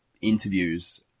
interviews